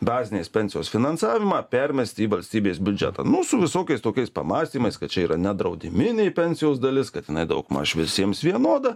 bazinės pensijos finansavimą permesti į valstybės biudžetą nu visokiais tokiais pamąstymais kad čia yra nedraudiminė pensijos dalis kad jinai daugmaž visiems vienoda